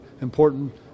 important